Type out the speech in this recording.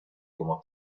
como